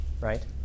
right